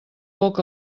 poc